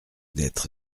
d’être